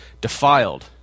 defiled